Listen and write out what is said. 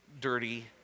Dirty